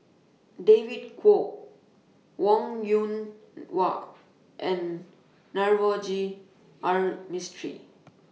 David Kwo Wong Yoon Wah and Navroji R Mistri